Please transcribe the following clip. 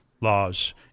laws